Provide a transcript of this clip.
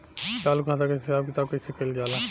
चालू खाता के हिसाब किताब कइसे कइल जाला?